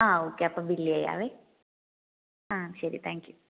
ആ ഓക്കേ അപ്പോൾ ബില്ല് ചെയ്യാവേ ആ ശരി താങ്ക്യൂ